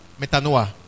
metanoa